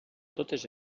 totes